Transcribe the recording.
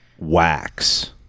wax